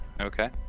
Okay